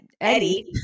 Eddie